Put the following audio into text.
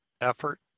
effort